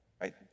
right